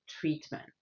treatment